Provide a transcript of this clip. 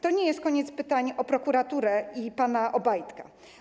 To nie jest koniec pytań o prokuraturę i pana Obajtka.